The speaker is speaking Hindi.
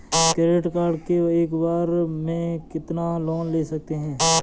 क्रेडिट कार्ड से एक बार में कितना लोन ले सकते हैं?